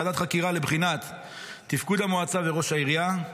ועדת חקירה לבחינת תפקוד המועצה וראש העירייה.